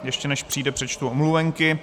Ještě než přijde, přečtu omluvenky.